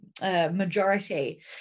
majority